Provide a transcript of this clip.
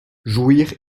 jouir